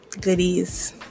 goodies